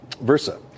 Versa